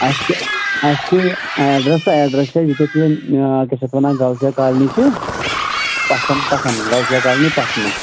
اَسہِ چھِ اَسہِ چھِ ایٚڈرَس تہٕ ایٚڈرَس چھِ اَسہِ ییٚتیٚتھ یِم آ کیٛاہ چھِ اَتھ وَنان ڈل گیٹ کالنی چھِ پَژھَن پَژھَن ڈل گیٹ کالنی پَژھَنہٕ